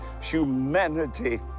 humanity